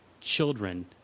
children